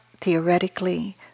theoretically